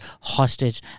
hostage